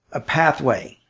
a pathway.